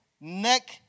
neck